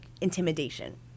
intimidation